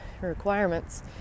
requirements